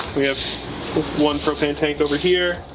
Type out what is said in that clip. we have one propane tank over here,